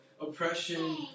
oppression